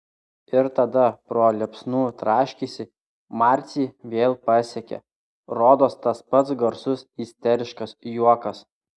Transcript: ir tada pro liepsnų traškesį marcį vėl pasiekė rodos tas pats garsus isteriškas juokas